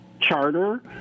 Charter